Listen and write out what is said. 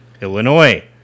Illinois